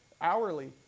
hourly